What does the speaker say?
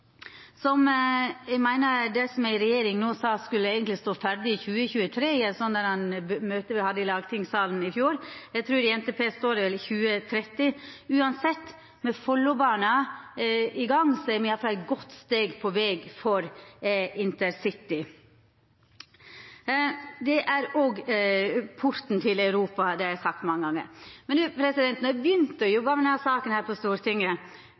som eg meiner regjeringa sa eigentleg skulle stå ferdig i 2023 i eit møte me hadde i lagtingssalen i fjor. Eg trur at i NTP står det 2030. Uansett, med Follobana i gang er me eit godt steg på veg for intercity. Det er òg porten til Europa – det har eg sagt mange gonger. Da eg begynte å jobba med denne saka på Stortinget,